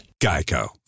GEICO